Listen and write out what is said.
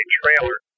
trailer